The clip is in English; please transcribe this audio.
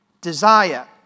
desire